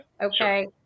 Okay